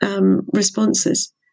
responses